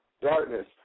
darkness